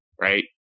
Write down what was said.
Right